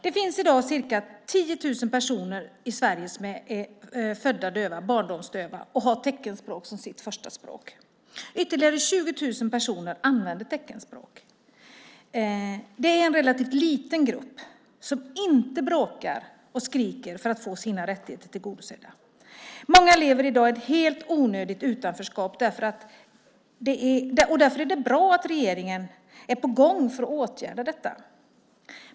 Det finns i dag ca 10 000 personer i Sverige som är födda döva, barndomsdöva, och har teckenspråk som sitt förstaspråk. Ytterligare 20 000 personer använder teckenspråk. Det är en relativt liten grupp som inte bråkar och skriker för att få sina rättigheter tillgodosedda. Många lever i dag i ett helt onödigt utanförskap. Därför är det bra att regeringen är på gång för att åtgärda detta.